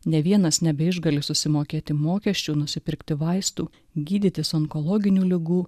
ne vienas nebeišgali susimokėti mokesčių nusipirkti vaistų gydytis onkologinių ligų